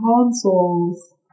consoles